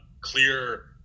clear –